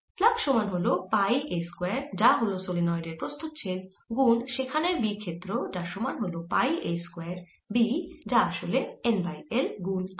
flux সমান হল pi a square যা হল সলেনয়েডের প্রস্থচ্ছেদ গুন সেখানের B ক্ষেত্র যার সমান হল পাই a স্কয়ার B যা আসলে N বাই L গুন I